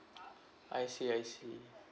I see I see